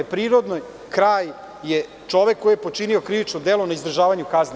Prirodan kraj je čovek koji je počinio krivično delo na izdržavanju kazne.